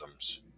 algorithms